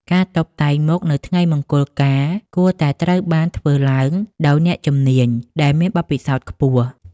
ការតុបតែងមុខនៅថ្ងៃមង្គលការគួរតែត្រូវបានធ្វើឡើងដោយ អ្នកជំនាញ ដែលមានបទពិសោធន៍ខ្ពស់ ។